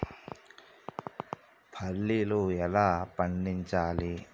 పల్లీలు ఎలా పండించాలి?